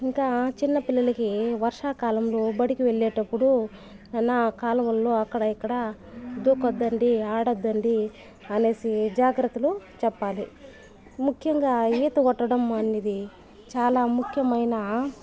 ఇంకా చిన్న పిల్లలకి వర్షాకాలంలో బడికి వెళ్ళేటప్పుడు నాన్నా కాలువల్లో అక్కడ ఇక్కడ దూకొద్దండి ఆడద్దండి అనేసి జాగ్రతలు చెప్పాలి ముఖ్యంగా ఈత కొట్టడం అనేది చాలా ముఖ్యమైన